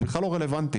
זה בכלל לא רלוונטי.